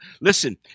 Listen